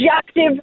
objective